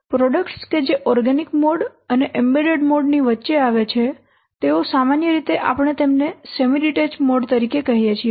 products કે જે organic mode અને એમ્બેડેડ મોડ ની વચ્ચે આવે છે તેઓ સામાન્ય રીતે આપણે તેમને સેમી ડીટેચ્ડ મોડ તરીકે કહીએ છીએ